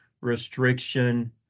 restriction